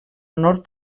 nord